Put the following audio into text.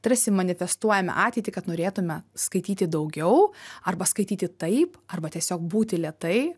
tarsi manifestuojame ateitį kad norėtume skaityti daugiau arba skaityti taip arba tiesiog būti lėtai